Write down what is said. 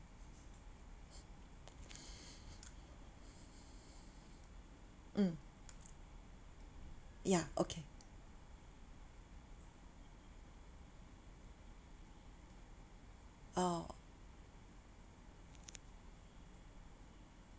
mm ya okay orh